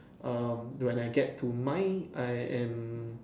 um when I get to mine I am